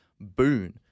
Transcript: boon